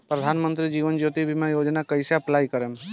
प्रधानमंत्री जीवन ज्योति बीमा योजना कैसे अप्लाई करेम?